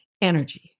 Energy